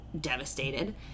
devastated